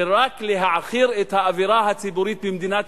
זה רק להעכיר את האווירה הציבורית במדינת